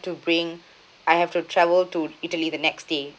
to bring I have to travel to italy the next day